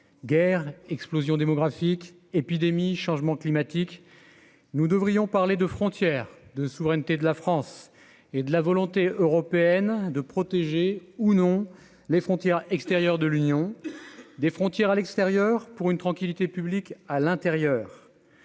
guerres explosion démographique, épidémie, changement climatique, nous devrions parler de frontières de souveraineté de la France et de la volonté européenne de protéger ou non les frontières extérieures de l'Union des frontières à l'extérieur pour une tranquillité publique à l'intérieur